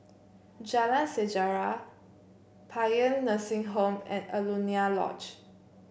Jalan Sejarah Paean Nursing Home and Alaunia Lodge